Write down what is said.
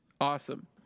Awesome